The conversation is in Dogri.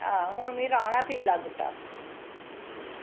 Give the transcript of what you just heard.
आं हून में राह्ना पीला गुट्टा